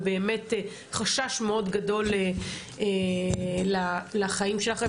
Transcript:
ובאמת חשש מאוד גדול לחיים שלכן,